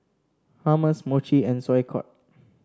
Hummus Mochi and Sauerkraut